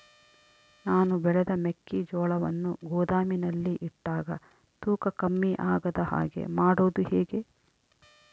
ನಾನು ಬೆಳೆದ ಮೆಕ್ಕಿಜೋಳವನ್ನು ಗೋದಾಮಿನಲ್ಲಿ ಇಟ್ಟಾಗ ತೂಕ ಕಮ್ಮಿ ಆಗದ ಹಾಗೆ ಮಾಡೋದು ಹೇಗೆ?